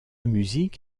musique